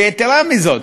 ויתרה מזאת,